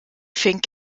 fing